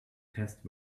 test